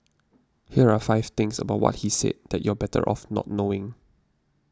here are five things about what he said that you're better off not knowing